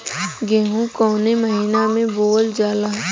गेहूँ कवने महीना में बोवल जाला?